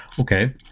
Okay